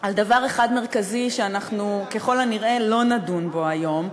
על דבר אחד מרכזי שאנחנו ככל הנראה לא נדון בו היום,